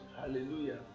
hallelujah